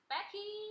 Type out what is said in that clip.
Becky